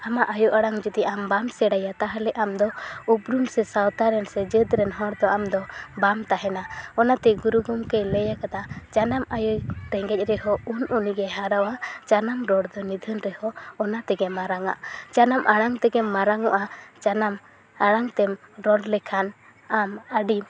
ᱟᱢᱟᱜ ᱟᱭᱳ ᱟᱲᱟᱝ ᱡᱩᱫᱤ ᱟᱢ ᱵᱟᱢ ᱥᱮᱲᱟᱭᱟ ᱛᱟᱦᱚᱞᱮ ᱟᱢ ᱫᱚ ᱩᱯᱨᱩᱢ ᱥᱮ ᱥᱟᱶᱛᱟ ᱨᱮᱱ ᱥᱮ ᱡᱟᱹᱛ ᱨᱮᱱ ᱦᱚᱲ ᱫᱚ ᱟᱢ ᱫᱚ ᱵᱟᱢ ᱛᱟᱦᱮᱸᱱᱟ ᱚᱱᱟᱛᱮ ᱜᱩᱨᱩ ᱜᱚᱢᱠᱮ ᱞᱟᱹᱭᱟᱠᱟᱫᱟ ᱡᱟᱱᱟᱢ ᱟᱭᱳᱭ ᱨᱮᱜᱮᱡᱽ ᱨᱮᱦᱚᱸ ᱩᱱ ᱩᱱᱤᱜᱮᱭ ᱦᱟᱨᱣᱟ ᱡᱟᱱᱟᱢ ᱨᱚᱲ ᱫᱚ ᱱᱤᱫᱷᱟᱹ ᱨᱮᱦᱚᱸ ᱚᱱᱟ ᱛᱮᱜᱮ ᱢᱟᱨᱟᱝ ᱟ ᱡᱟᱱᱟᱢ ᱟᱲᱟᱝ ᱛᱮᱜᱮᱢ ᱢᱟᱨᱟᱝ ᱚᱜᱼᱟ ᱡᱟᱱᱟᱢ ᱟᱲᱟᱝ ᱛᱮᱢ ᱨᱚᱲ ᱞᱮᱠᱷᱟᱱ ᱟᱢ ᱟᱹᱰᱤ